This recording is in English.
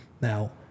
Now